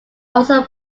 also